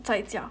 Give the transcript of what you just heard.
再讲